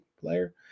player